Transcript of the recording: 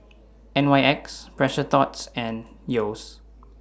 N Y X Precious Thots and Yeo's